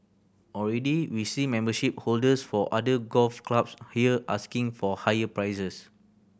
already we see membership holders for other golf clubs here asking for higher prices